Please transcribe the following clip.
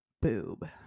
boob